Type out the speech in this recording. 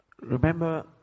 Remember